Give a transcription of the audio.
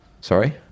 Sorry